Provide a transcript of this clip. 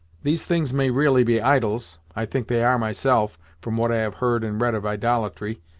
these things may really be idols i think they are myself, from what i have heard and read of idolatry,